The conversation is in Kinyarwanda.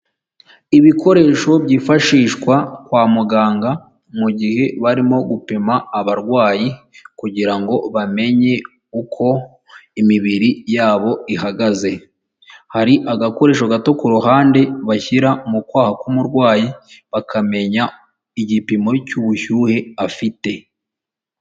Ibikoresho byifashishwa kwa muganga mu gihe barimo gupima abarwayi kugira ngo bamenye uko imibiri yabo ihagaze, hari agakoresho gato ku ruhande bashyira mu kwaha k'umurwayi bakamenya igipimo cy'ubushyuhe afite.